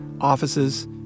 offices